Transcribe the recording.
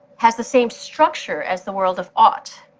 has the same structure as the world of ought,